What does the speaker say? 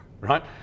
right